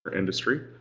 industry.